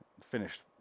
finished